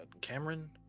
Cameron